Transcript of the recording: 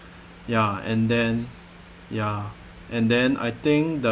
ya and then ya and then I think the